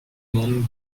monde